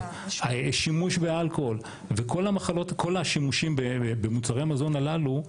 שימוש באלכוהול וכל השימושים במוצרים מזון הללו,